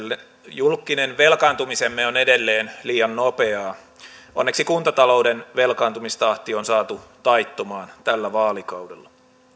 julkinen velkaantumisemme on edelleen liian nopeaa onneksi kuntatalouden velkaantumistahti on saatu taittumaan tällä vaalikaudella